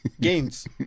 Games